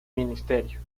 ministerio